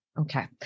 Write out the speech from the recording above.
Okay